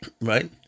right